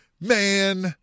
man